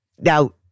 Now